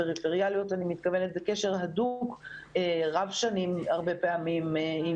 הפריפריאליות זה קשר הדוק רב-שנים פעמים רבות,